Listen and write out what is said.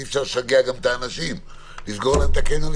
אי אפשר גם לשגע את האנשים - לסגור להם את הקניון,